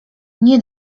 nie